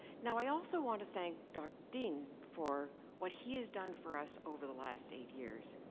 now i also want to thank dr. deane for what he has done for us over the last eight years.